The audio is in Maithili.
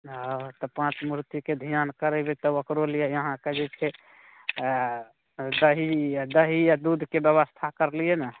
ओ तऽ पाँच मूर्तिके धिआन करेबै तब ओकरो लिए अहाँके जे छै दही दही आ दूधके व्यवस्था करलियै ने